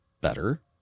better